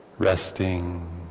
resting